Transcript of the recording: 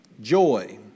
joy